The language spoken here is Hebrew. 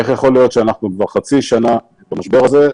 איך יכול להיות שאנחנו כבר חצי שנה במשבר הזה,